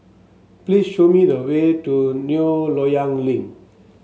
please show me the way to New Loyang Link